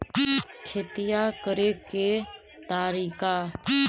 खेतिया करेके के तारिका?